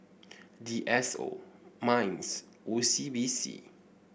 D S O Minds O C B C